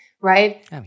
right